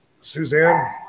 Suzanne